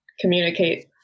communicate